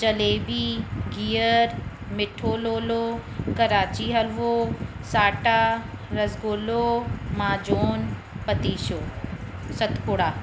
जलेबी गिहरु मीठो लोलो कराची हलवो साटा रसगुलो माजून पतीशो सतपुड़ा